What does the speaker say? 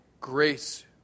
grace